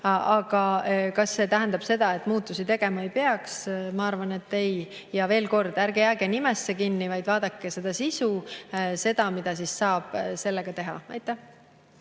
Aga kas see tähendab seda, et muutusi tegema ei peaks? Ma arvan, et ei. Ja veel kord: ärge jääge nimesse kinni, vaid vaadake sisu, seda, mida saab teha. Aitäh!